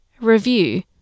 review